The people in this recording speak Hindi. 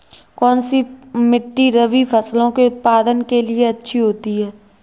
कौनसी मिट्टी रबी फसलों के उत्पादन के लिए अच्छी होती है?